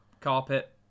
carpet